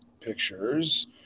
pictures